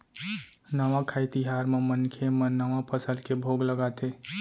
नवाखाई तिहार म मनखे मन नवा फसल के भोग लगाथे